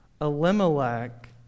Elimelech